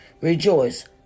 rejoice